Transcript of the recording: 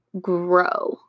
grow